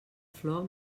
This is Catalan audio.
flor